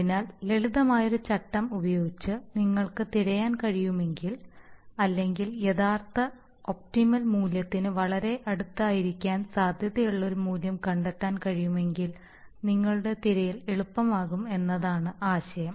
അതിനാൽ ലളിതമായ ഒരു ചട്ടം ഉപയോഗിച്ച് നിങ്ങൾക്ക് തിരയാൻ കഴിയുമെങ്കിൽ അല്ലെങ്കിൽ യഥാർത്ഥ ഒപ്റ്റിമൽ മൂല്യത്തിന് വളരെ അടുത്തായിരിക്കാൻ സാധ്യതയുള്ള ഒരു മൂല്യം കണ്ടെത്താൻ കഴിയുമെങ്കിൽ നിങ്ങളുടെ തിരയൽ എളുപ്പമാകും എന്നതാണ് ആശയം